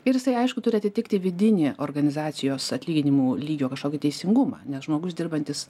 ir jisai aišku turi atitikti vidinį organizacijos atlyginimų lygio kažkokį teisingumą nes žmogus dirbantis